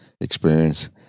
experience